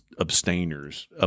abstainers